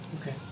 Okay